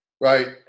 right